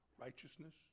Righteousness